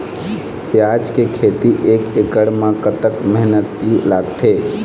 प्याज के खेती एक एकड़ म कतक मेहनती लागथे?